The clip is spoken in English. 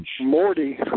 Morty